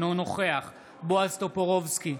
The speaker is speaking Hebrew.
אינו נוכח בועז טופורובסקי,